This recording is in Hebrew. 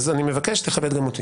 אז אני מבקש שתכבד גם אותי.